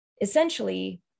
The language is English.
essentially